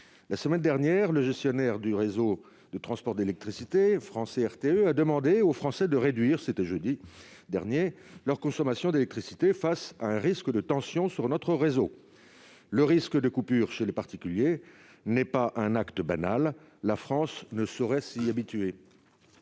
Jeudi dernier, le gestionnaire du réseau de transport d'électricité français, RTE, a demandé aux Français de réduire leur consommation d'électricité face à un risque de tension sur notre réseau. Le risque de coupure chez les particuliers n'est pas un acte banal : la France ne saurait s'y habituer.